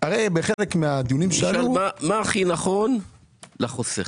הרי בחלק מהדיונים שהיו- - מה הכי נכון לחוסך.